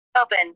Open